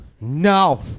No